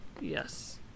Yes